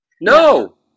No